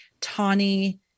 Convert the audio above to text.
Tawny